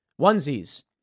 onesies